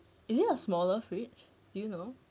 is it a smaller fridge do you know